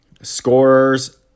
scorers